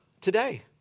today